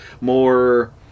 more